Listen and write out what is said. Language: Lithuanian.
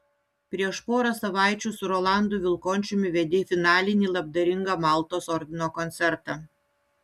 prieš porą savaičių su rolandu vilkončiumi vedei finalinį labdaringą maltos ordino koncertą